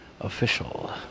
official